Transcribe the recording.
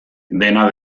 dena